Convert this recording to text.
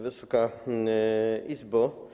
Wysoka Izbo!